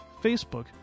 Facebook